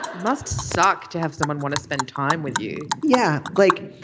must suck to have someone want to spend time with you yeah like